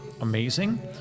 amazing